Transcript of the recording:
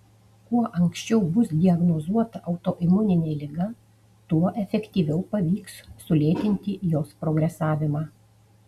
kuo anksčiau bus diagnozuota autoimuninė liga tuo efektyviau pavyks sulėtinti jos progresavimą